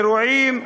אירועים,